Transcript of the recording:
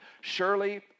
Surely